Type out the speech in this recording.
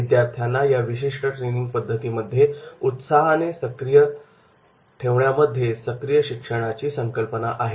विद्यार्थ्यांना या विशिष्ट ट्रेनिंग पद्धतीमध्ये उत्साहाने सक्रिय ठेवण्यामध्ये सक्रिय शिक्षणाची संकल्पना आहे